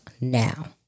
Now